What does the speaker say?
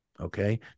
Okay